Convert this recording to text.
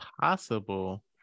possible